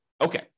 Okay